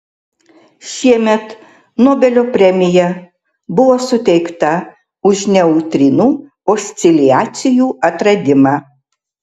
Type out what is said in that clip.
šiemet nobelio premija buvo suteikta už neutrinų osciliacijų atradimą